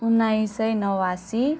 उन्नाइस सय नवासी